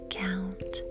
count